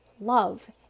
love